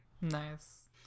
Nice